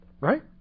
Right